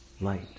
light